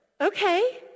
okay